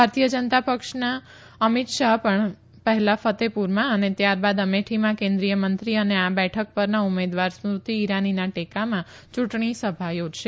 ભારતીય જનતા પક્ષના અમિત શાહ પણ પહેલા ફતેપુરમાં અને ત્યારબાદ અમેઠીમાં કેન્દ્રીય મંત્રી અને આ બેઠક પરના ઉમેદવાર સ્મૃતિ ઈરાનીના ટેકામાં ચુંટણી સભા યોજશે